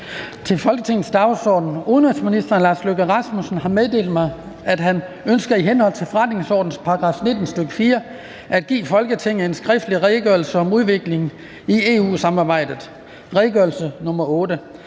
Udenrigsministeren (Lars Løkke Rasmussen) har meddelt mig, at han ønsker i henhold til forretningsordenens § 19, stk. 4, at give Folketinget en skriftlig Redegørelse om udviklingen i EU-samarbejdet. (Redegørelse nr. R